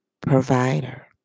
provider